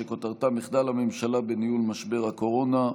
שכותרתה: מחדל הממשלה בניהול משבר הקורונה.